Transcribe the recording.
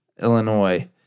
Illinois